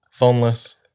phoneless